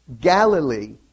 Galilee